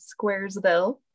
Squaresville